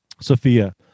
Sophia